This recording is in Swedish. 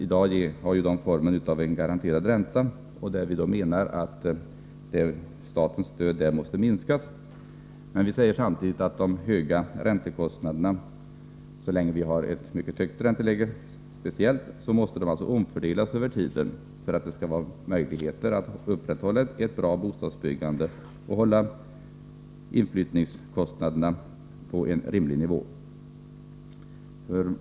I dag har dessa ju formen av en garanterad ränta. Vi anser att statens stöd där måste minskas, men vi säger samtidigt att de höga räntekostnaderna, speciellt så länge vi har ett mycket högt ränteläge, måste omfördelas över tiden för att det skall finnas möjligheter att upprätthålla ett bra bostadsbyggande och hålla inflyttningskostnaderna på en rimlig nivå.